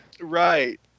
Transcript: Right